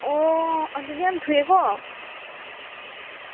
ꯑꯣ ꯑꯗꯨꯗꯤ ꯌꯥꯝ ꯊꯨꯏꯌꯦꯀꯣ